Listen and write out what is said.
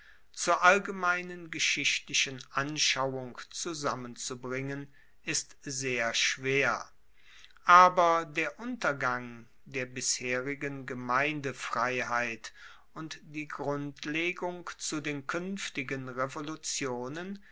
zur allgemeinen geschichtlichen anschauung zusammenzufassen ist sehr schwer aber der untergang der bisherigen gemeindefreiheit und die grundlegung zu den kuenftigen revolutionen